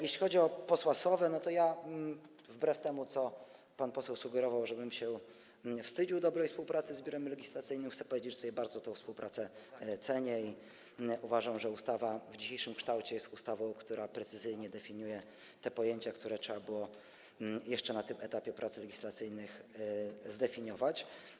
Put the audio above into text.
Jeśli chodzi o wypowiedź posła Sowy, to wbrew temu, co pan poseł sugerował, żebym się wstydził dobrej współpracy z Biurem Legislacyjnym, chcę powiedzieć, że bardzo sobie tę współpracę cenię i uważam, że ustawa w dzisiejszym kształcie jest ustawą, która precyzyjnie definiuje te pojęcia, które trzeba było jeszcze na tym etapie prac legislacyjnych zdefiniować.